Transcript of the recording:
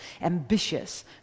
ambitious